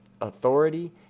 authority